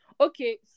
okay